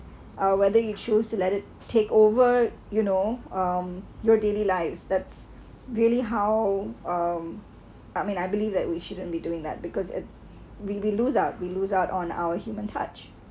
uh whether you choose to let it take over you know um your daily lives that's really how um I mean I believe that we shouldn't be doing that because if we we lose out we lose out on our human touch